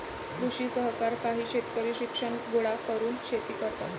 कृषी सहकार काही शेतकरी शिक्षण गोळा करून शेती करतात